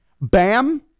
Bam